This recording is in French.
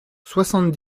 soixante